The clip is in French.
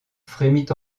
frémit